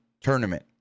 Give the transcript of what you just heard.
tournament